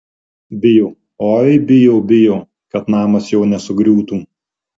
bijo oi bijo bijo kad namas jo nesugriūtų